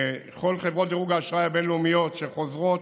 בכל חברות דירוג האשראי הבין-לאומיות שחוזרות